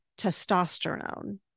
testosterone